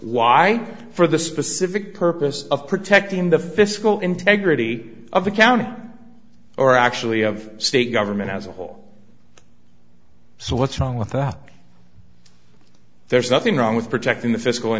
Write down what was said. lie for the specific purpose of protecting the fiscal integrity of the county or actually of state government as a whole so what's wrong with that there's nothing wrong with protecting the physical and